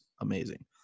amazing